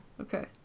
Okay